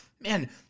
man